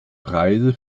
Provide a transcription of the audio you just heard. preise